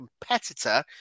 competitor